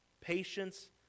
patience